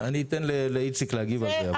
אני אתן לאיציק להגיב על זה.